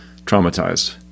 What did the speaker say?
traumatized